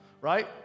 right